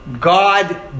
God